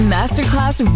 Masterclass